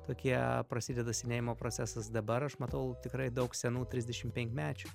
tokie prasideda senėjimo procesas dabar aš matau tikrai daug senų trisdešim penkmečių